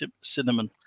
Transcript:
cinnamon